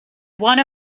one